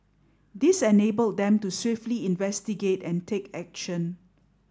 this enabled them to swiftly investigate and take action